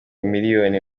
miliyoni